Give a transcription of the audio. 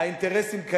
האינטרסים,